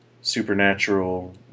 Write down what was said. supernatural